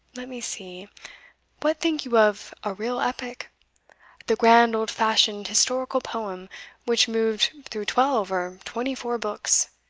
let me see what think you of a real epic the grand old-fashioned historical poem which moved through twelve or twenty-four books.